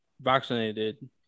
vaccinated